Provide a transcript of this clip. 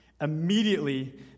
Immediately